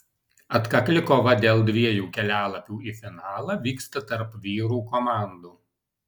atkakli kova dėl dviejų kelialapių į finalą vyksta tarp vyrų komandų